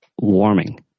warming